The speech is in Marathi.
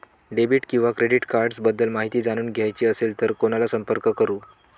डेबिट किंवा क्रेडिट कार्ड्स बद्दल माहिती जाणून घ्यायची असेल तर कोणाला संपर्क करु?